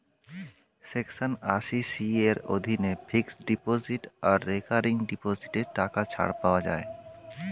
section আশি C এর অধীনে ফিক্সড ডিপোজিট আর রেকারিং ডিপোজিটে টাকা ছাড় পাওয়া যায়